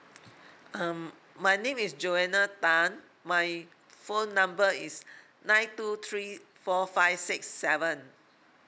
um my name is joanna tan my phone number is nine two three four five six seven